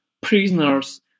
prisoners